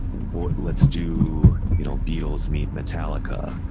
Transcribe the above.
well let's do you know beatles meet metallica.